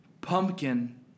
pumpkin